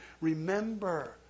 remember